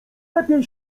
lepiej